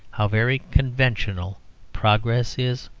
how very conventional progress is